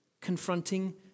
confronting